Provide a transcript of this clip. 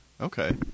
okay